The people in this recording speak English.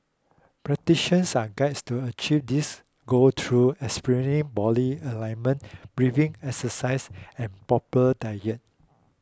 practitions are guided to achieve this goal through experiencing body alignment breathing exercise and proper diet